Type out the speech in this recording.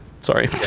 Sorry